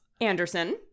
Anderson